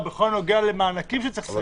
בכל הנוגע למענקים שצריך להינתן.